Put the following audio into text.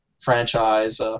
franchise